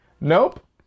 Nope